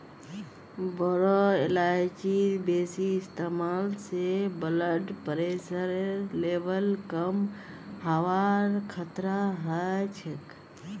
बोरो इलायचीर बेसी इस्तमाल स ब्लड प्रेशरेर लेवल कम हबार खतरा ह छेक